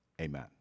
Amen